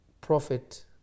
prophet